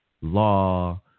law